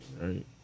Right